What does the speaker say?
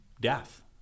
death